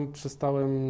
przestałem